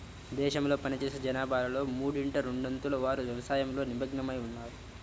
దేశంలో పనిచేసే జనాభాలో మూడింట రెండొంతుల వారు వ్యవసాయంలో నిమగ్నమై ఉన్నారు